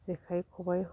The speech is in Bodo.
जेखाइ खबाय